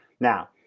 Now